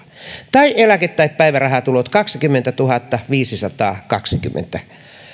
palkkatuloa tai kaksikymmentätuhattaviisisataakaksikymmentä